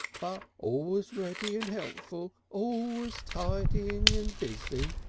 but always ready and helpful, always tidying and busy.